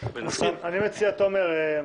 אני מציע, תומר.